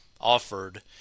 offered